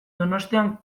donostian